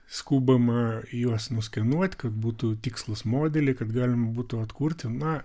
skubama juos nuskenuot kad būtų tikslūs modeliai kad galima būtų atkurti na